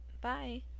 Bye